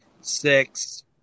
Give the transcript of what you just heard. Six